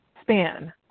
span